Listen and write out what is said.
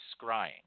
scrying